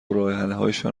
راهحلهایشان